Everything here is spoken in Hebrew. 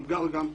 גם שמגר,